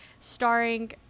starring